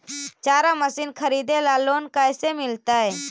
चारा मशिन खरीदे ल लोन कैसे मिलतै?